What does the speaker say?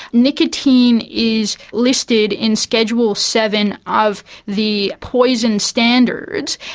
nicotine is listed in schedule seven of the poison standards,